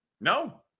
No